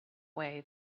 way